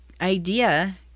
idea